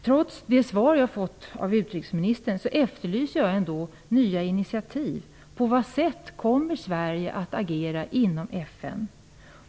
Trots det svar som jag har fått av utrikesministern efterlyser jag nya initiativ. På vilket sätt kommer Sverige att agera inom FN?